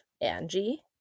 Angie